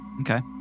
Okay